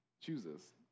chooses